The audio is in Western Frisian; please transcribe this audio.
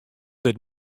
dit